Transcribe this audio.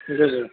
جی جی